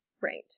Right